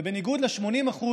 ובניגוד ל-80%